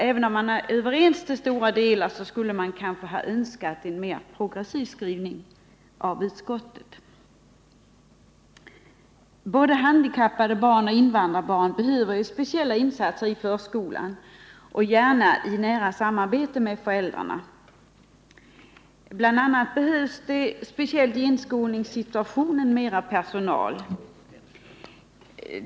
Även om utskottets ledamöter till stora delar är överens, skulle man ha önskat en mer progressiv skrivning i utskottsbetänkandet. Både handikappade barn och invandrarbarn behöver speciella insatser i förskolan, gärna i nära samarbete mellan förskolan och föräldrarna. BI. a. behövs det särskilt i inskolningssituationen mer personal.